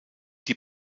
die